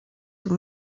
sous